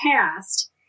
past